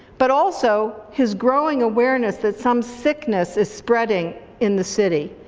but also his growing awareness that some sickness is spreading in the city,